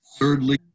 Thirdly